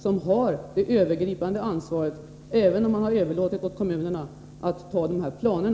Den har dock det övergripande ansvaret, även om den har överlåtit åt kommunerna att ta dessa planer.